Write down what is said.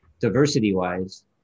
diversity-wise